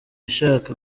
ishaka